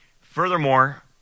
Furthermore